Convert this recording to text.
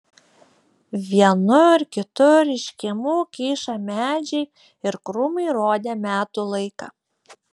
vienur kitur iš kiemų kyšą medžiai ir krūmai rodė metų laiką